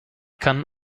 kann